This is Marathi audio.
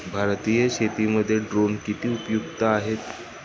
भारतीय शेतीमध्ये ड्रोन किती उपयुक्त आहेत?